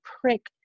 prick